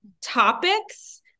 topics